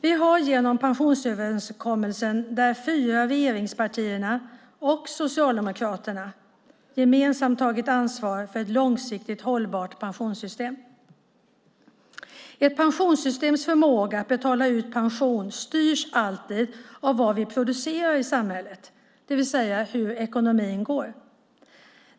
Det har vi genom pensionsöverenskommelsen där de fyra regeringspartierna och Socialdemokraterna gemensamt tagit ansvar för ett långsiktigt hållbart pensionssystem. Ett pensionssystems förmåga att betala ut pension styrs alltid av vad vi producerar i samhället, det vill säga hur ekonomin går.